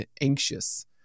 anxious